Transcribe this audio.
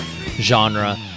genre